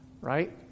right